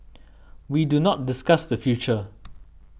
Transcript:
we do not discuss the future